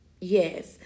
Yes